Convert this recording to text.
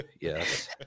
yes